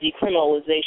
decriminalization